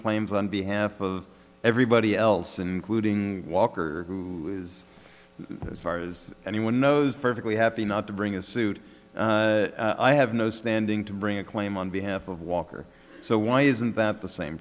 claims on behalf of everybody else and including walker who is as far as anyone knows perfectly happy not to bring a suit i have no standing to bring a claim on behalf of walker so why isn't that the same